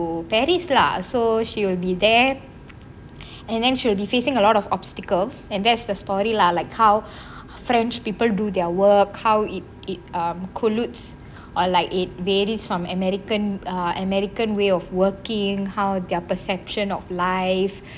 go to paris lah so she will be there and then she will be facing a lot of obstacles and that's the story lah like how french people do their work how it it um colutes are like it varies from american ah american way of working how their perception of life